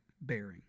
bearing